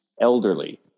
elderly